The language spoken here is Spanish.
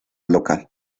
local